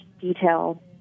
detail